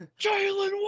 Jalen